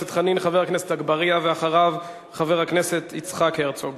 חבר הכנסת אגבאריה, ואחריו, חבר הכנסת יצחק הרצוג.